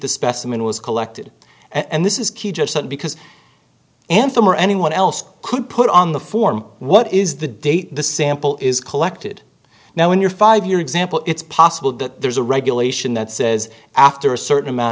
the specimen was collected and this is key just because anthem or anyone else could put on the form what is the date the sample is collected now in your five year example it's possible that there's a regulation that says after a certain amount